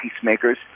peacemakers